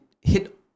hit